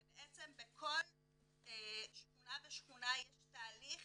ובעצם בכל שכונה ושכונה יש תהליך